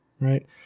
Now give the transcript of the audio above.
right